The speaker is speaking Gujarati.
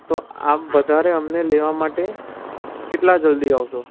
તો આપ વધારે અમને લેવા માટે કેટલા જલ્દી આવશો